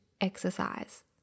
exercise